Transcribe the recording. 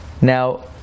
Now